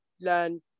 learn